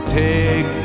take